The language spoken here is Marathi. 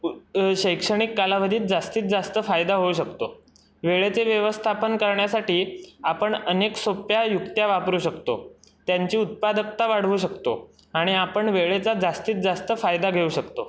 कु शैक्षणिक कालावधीत जास्तीत जास्त फायदा होऊ शकतो वेळेचे व्यवस्थापन करण्यासाठी आपण अनेक सोप्प्या युक्त्या वापरू शकतो त्यांची उत्पादकता वाढवू शकतो आणि आपण वेळेचा जास्तीत जास्त फायदा घेऊ शकतो